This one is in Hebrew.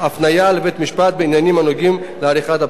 לבית-המשפט בעניינים הנוגעים לעריכת הבחירות.